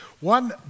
One